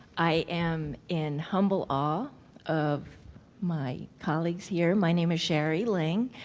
i am in humble awe of my colleagues here. my name is shari ling.